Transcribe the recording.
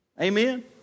Amen